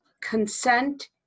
consent